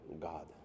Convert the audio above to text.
God